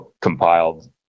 compiled